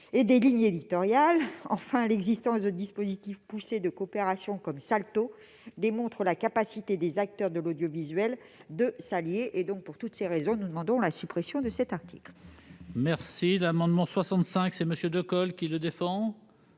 et des lignes éditoriales. Enfin, l'existence de dispositifs poussés de coopération comme Salto démontre la capacité des acteurs de l'audiovisuel de s'allier. Pour toutes ces raisons, nous demandons la suppression de cet article. La parole est à M. Jean-Pierre